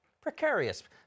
precarious